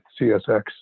CSX